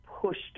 pushed